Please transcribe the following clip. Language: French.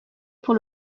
pour